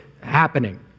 happening